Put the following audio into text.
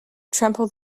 trample